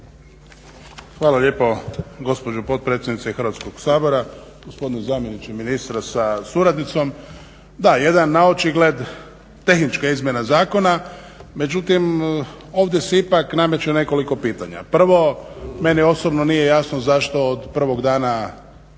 Hvala lijepo gospođo potpredsjednice Hrvatskog sabora. Gospodine zamjeniče ministra sa suradnicom. Da, jedan naočigled tehnička izmjena zakona, međutim ovdje se ipak nameće nekoliko pitanja. Prvo, meni osobno nije jasno zašto od prvog dana